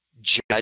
judge